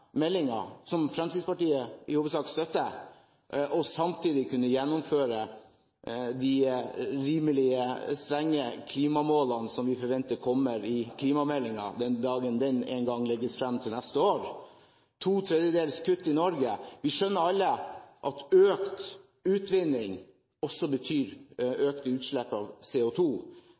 som Fremskrittspartiet i hovedsak støtter, og samtidig kunne gjennomføre de rimelig strenge klimamålene som vi forventer kommer i klimameldingen – den dagen den legges frem neste år – med to tredjedels kutt i Norge. Vi skjønner alle at økt utvinning også betyr økte utslipp av